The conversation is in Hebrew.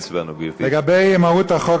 לגבי מהות החוק,